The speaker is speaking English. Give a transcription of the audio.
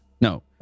No